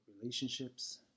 relationships